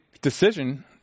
decision